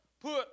put